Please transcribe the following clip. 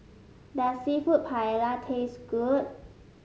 does seafood Paella taste good